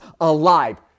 alive